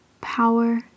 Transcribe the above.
power